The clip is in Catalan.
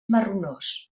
marronós